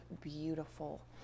beautiful